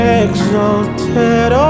exalted